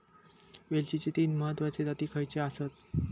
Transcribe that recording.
वेलचीचे तीन महत्वाचे जाती खयचे आसत?